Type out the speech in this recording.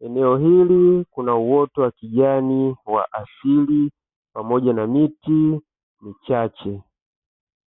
Eneo hili kuna uoto wa kijani wa asili pamoja na miti michache.